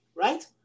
Right